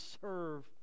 serve